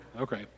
Okay